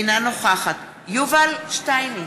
אינה נוכחת יובל שטייניץ,